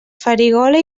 farigola